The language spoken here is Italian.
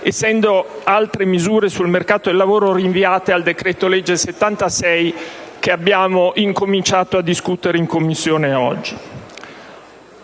essendo altre misure sul mercato del lavoro rinviate al decreto legge n. 76, che abbiamo iniziato a discutere in Commissione oggi.